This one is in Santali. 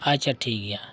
ᱟᱪᱪᱷᱟ ᱴᱷᱤᱠ ᱜᱮᱭᱟ